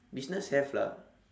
business have lah